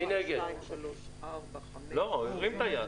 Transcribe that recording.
לא ראיתי.